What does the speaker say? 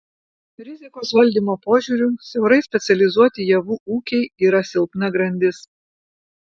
rizikos valdymo požiūriu siaurai specializuoti javų ūkiai yra silpna grandis